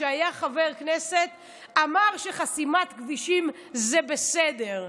כשהיה חבר כנסת אמר שחסימת כבישים זה בסדר.